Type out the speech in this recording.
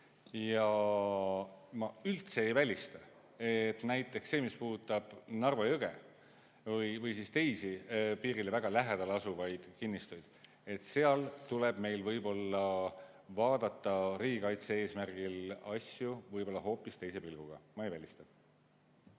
Ja ma üldse ei välista, et näiteks see, mis puudutab Narva jõe [äärseid] või teisi piirile väga lähedal asuvaid kinnistuid, et seal tuleb meil võib-olla vaadata riigikaitse eesmärgil asju hoopis teise pilguga. Ma ei välista.